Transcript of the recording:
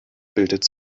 bildet